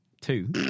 Two